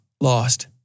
lost